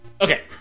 Okay